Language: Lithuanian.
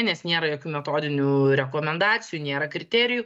nes nėra jokių metodinių rekomendacijų nėra kriterijų